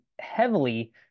heavily